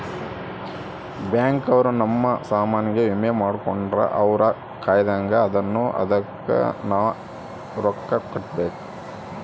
bank ಅವ್ರ ನಮ್ ಸಾಮನ್ ಗೆ ವಿಮೆ ಮಾಡ್ಕೊಂಡ್ರ ಅವ್ರ ಕಾಯ್ತ್ದಂಗ ಅದುನ್ನ ಅದುಕ್ ನವ ರೊಕ್ಕ ಕಟ್ಬೇಕು